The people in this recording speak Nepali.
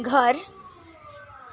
घर